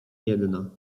jedna